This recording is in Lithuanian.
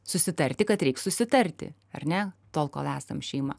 susitarti kad reiks susitarti ar ne tol kol esam šeima